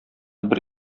бер